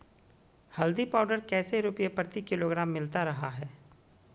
हल्दी पाउडर कैसे रुपए प्रति किलोग्राम मिलता रहा है?